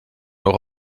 noch